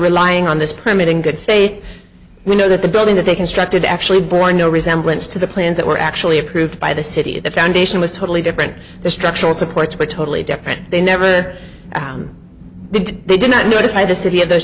relying on this permit in good faith we know that the building that they constructed actually born no resemblance to the plans that were actually approved by the city the foundation was totally different the structural supports were totally different they never did they did not notify the city of those